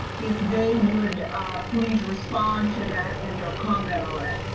if they would ah please respond to that and or comment on it.